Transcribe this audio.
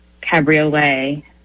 Cabriolet